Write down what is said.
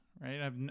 right